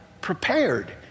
prepared